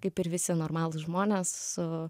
kaip ir visi normalūs žmonės su